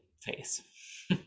face